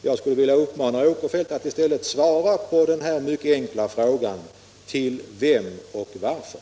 Jag skulle vilja uppmana herr Åkerfeldt att i stället svara på den mycket enkla frågan: Till vem och varför?